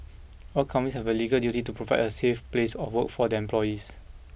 all companies have a legal duty to provide a safe place of work for their employees